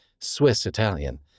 Swiss-Italian